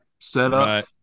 setup